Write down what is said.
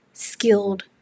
skilled